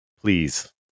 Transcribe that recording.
Please